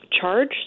charge